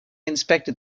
inspected